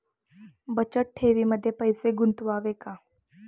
बचत ठेवीमध्ये पैसे गुंतवावे का?